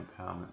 empowerment